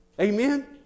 Amen